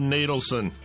Nadelson